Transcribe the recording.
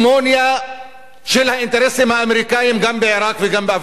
של האינטרסים האמריקניים גם בעירק וגם באפגניסטן.